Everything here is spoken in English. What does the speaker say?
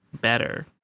better